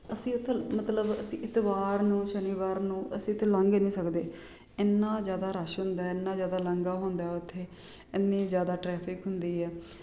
ਅਸੀਂ ਉੱਥੇ ਮਤਲਬ ਅਸੀਂ ਐਤਵਾਰ ਨੂੰ ਸ਼ਨੀਵਾਰ ਨੂੰ ਅਸੀਂ ਉੱਥੇ ਲੰਘ ਨਹੀਂ ਸਕਦੇ ਇੰਨਾ ਜ਼ਿਆਦਾ ਰੱਸ਼ ਹੁੰਦਾ ਹੈ ਇੰਨਾ ਜ਼ਿਆਦਾ ਲਾਂਘਾ ਹੁੰਦਾ ਓੱਥੇ ਇੰਨੀ ਜ਼ਿਆਦਾ ਟ੍ਰੈਫਿਕ ਹੁੰਦੀ ਹੈ